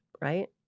Right